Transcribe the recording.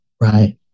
right